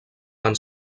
van